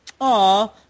Aw